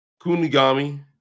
Kunigami